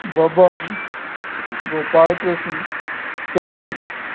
Baban Gopalkrishna Sandeep